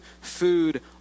Food